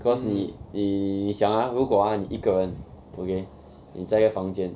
cause 你你想 ah 如果 ah 你一个人 okay 你在一个房间